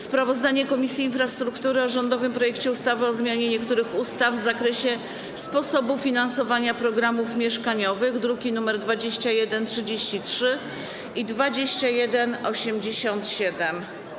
Sprawozdanie Komisji Infrastruktury o rządowym projekcie ustawy o zmianie niektórych ustaw w zakresie sposobu finansowania programów mieszkaniowych, druki nr 2133 i 2187.